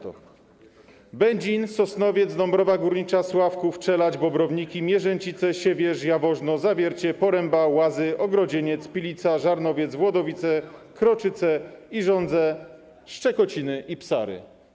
Te samorządy to: Będzin, Sosnowiec, Dąbrowa Górnicza, Sławków, Czeladź, Bobrowniki, Mierzęcice, Siewierz, Jaworzno, Zawiercie, Poręba, Łazy, Ogrodzieniec, Pilica, Żarnowiec, Włodowice, Kroczyce, Irządze, Szczekociny i Psary.